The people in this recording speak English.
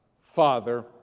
Father